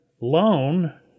loan